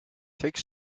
take